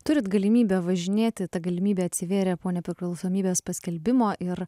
turit galimybę važinėti ta galimybė atsivėrė po nepriklausomybės paskelbimo ir